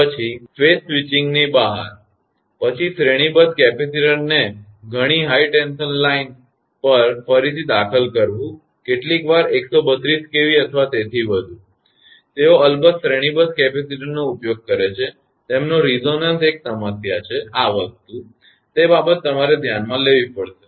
પછી ફેઝ સ્વિચિંગની બહાર પછી શ્રેણીબદ્ધ કેપેસિટરને ઘણી હાઇ ટેન્શન લાઇન પર ફરીથી દાખલ કરવું કેટલીકવાર 132 kVકેવી અથવા તેથી વધુ તેઓ અલબત્ત શ્રેણીબદ્ધ કેપેસિટરનો ઉપયોગ કરે છે તેમનો રેઝોનન્સ એક સમસ્યા છે કે આ વસ્તુ તે બાબત તમારે ધ્યાનમાં લેવી પડશે